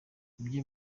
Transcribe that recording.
nibyo